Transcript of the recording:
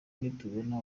nitubona